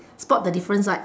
spot the difference right